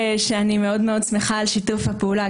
מאוד מאוד שמחה על שיתוף הפעולה,